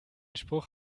spruch